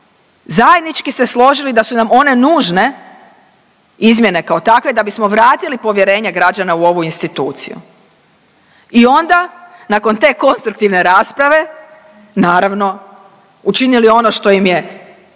zajednički se složili da su nam one nužne, izmjene kao takve, da bismo vratili povjerenje građana u ovu instituciju i onda nakon te konstruktivne rasprave, naravno, učinili ono što im je prema